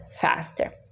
faster